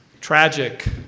tragic